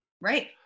Right